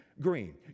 Green